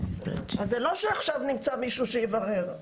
זה לא שעכשיו נמצא מישהו שיברר.